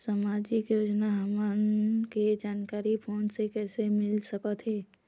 सामाजिक योजना हमन के जानकारी फोन से कइसे मिल सकत हे?